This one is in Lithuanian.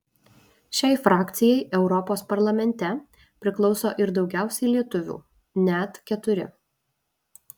šiai frakcijai europos parlamente priklauso ir daugiausiai lietuvių net keturi